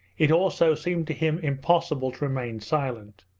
it also seemed to him impossible to remain silent.